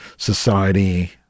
society